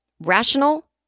Rational